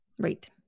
Right